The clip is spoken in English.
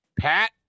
Pat